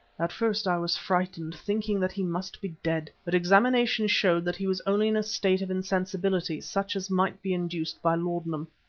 at first i was frightened, thinking that he must be dead, but examination showed that he was only in a state of insensibility such as might be induced by laudanum.